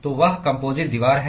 तो वह कम्पोजिट दीवार है